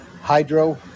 hydro